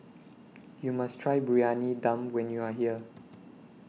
YOU must Try Briyani Dum when YOU Are here